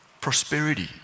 prosperity